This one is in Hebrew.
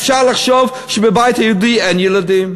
אפשר לחשוב שבבית היהודי אין ילדים.